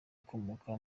ukomoka